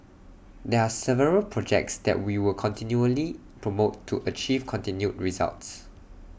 there are several projects that we will continually promote to achieve continued results